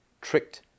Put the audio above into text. tricked